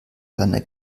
seiner